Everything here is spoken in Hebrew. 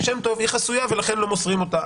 שם טוב היא חסויה ולכן לא מוסרים אותה.